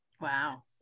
Wow